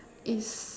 is